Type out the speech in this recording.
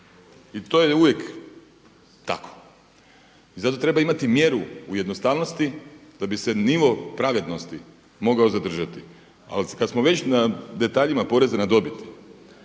I to je uvijek tako. I zato treba imati mjeru u jednostavnosti da bi se nivo pravednosti mogao zadržati. Ali kad smo već na detaljima poreza na dobit